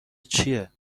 چیه